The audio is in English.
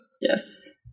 Yes